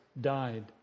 died